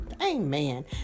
Amen